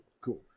Cool